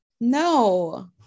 No